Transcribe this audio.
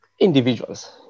individuals